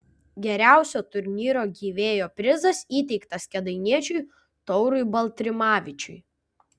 geriausio turnyro gyvėjo prizas įteiktas kėdainiečiui taurui baltrimavičiui